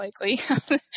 likely